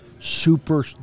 Super